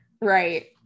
right